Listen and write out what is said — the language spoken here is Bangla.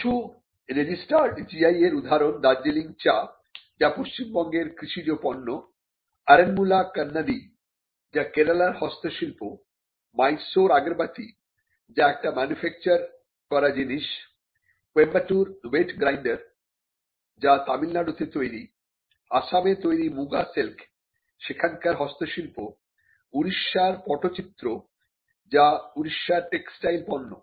কিছু রেজিস্টার্ড GI এর উদাহরণ দার্জিলিং চা যা পশ্চিমবঙ্গের কৃষিজ পণ্য আরণমুলা কন্নদি যা কেরালার হস্তশিল্প মাইসোর আগরবাতি যা একটি ম্যানুফ্যাকচার করা জিনিস কোয়েম্বাটুর ওয়েট গ্রাইনডার যা তামিলনাড়ুতে তৈরি আসামে তৈরি মুগা সিলক সেখানকার হস্তশিল্প উড়িষ্যা পটচিত্র যা উড়িষ্যার টেক্সটাইল পণ্য